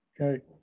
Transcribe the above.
Okay